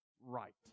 right